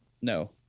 no